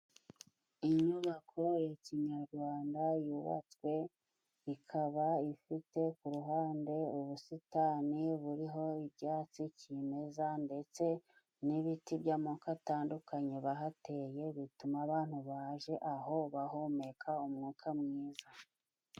Inyubako ya Kinyarwanda yubatswe ikaba ifite ku ruhande ubusitani buriho ibyatsi cyimeza ndetse n'ibiti by'amako atandukanye bahateye bituma abantu baje aho bahumeka umwuka mwiza.